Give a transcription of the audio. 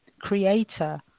creator